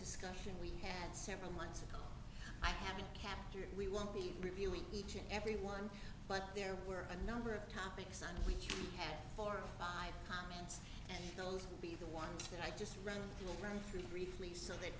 discussion we had several months ago i haven't kept or we won't be reviewing each and every one but there were a number of topics on which we had four or five comments and those will be the ones that i just run run through briefly so that